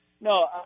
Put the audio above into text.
No